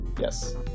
Yes